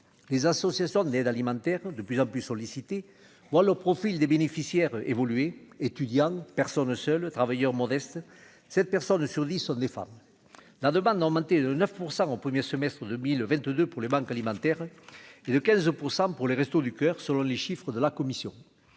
les associations d'aide alimentaire de plus en plus sollicités moi le profil des bénéficiaires évoluer étudiants personne seuls travailleurs modestes 7 personnes sur 10 sont des femmes, la demande n'augmenter de 9 % on peut mieux semestres 2022 pour les banques alimentaires et de 15 % pour les Restos du coeur, selon les chiffres de la Commission,